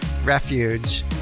Refuge